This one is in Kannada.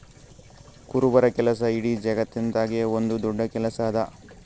ಕುರುಬರ ಕೆಲಸ ಇಡೀ ಜಗತ್ತದಾಗೆ ಒಂದ್ ದೊಡ್ಡ ಕೆಲಸಾ ಅದಾ